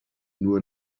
nur